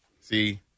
See